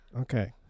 Okay